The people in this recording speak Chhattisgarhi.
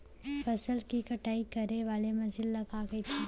फसल की कटाई करे वाले मशीन ल का कइथे?